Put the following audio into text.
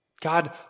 God